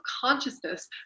consciousness